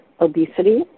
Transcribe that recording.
Obesity